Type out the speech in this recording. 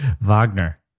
Wagner